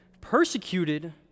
persecuted